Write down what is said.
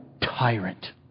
tyrant